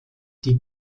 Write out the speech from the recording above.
die